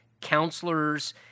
counselors